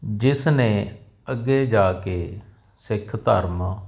ਜਿਸ ਨੇ ਅੱਗੇ ਜਾ ਕੇ ਸਿੱਖ ਧਰਮ